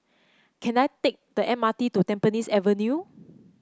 can I take the M R T to Tampines Avenue